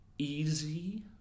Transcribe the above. Easy